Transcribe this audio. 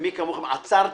עצרתי,